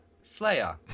Slayer